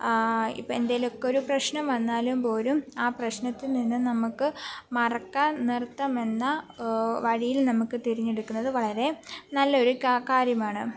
ഇപ്പം എന്തെങ്കിലുമൊക്കെ ഒരു പ്രശ്നം വന്നാലും പോലും ആ പ്രശ്നത്തിൽ നിന്ന് നമുക്ക് മറക്കാൻ നൃത്തമെന്ന വഴിയിൽ നമുക്ക് തിരഞ്ഞെടുക്കുന്നതു വളരെ നല്ലൊരു കാ കാര്യമാണ്